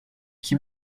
qui